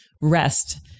rest